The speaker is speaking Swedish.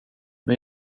men